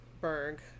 berg